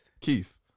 Keith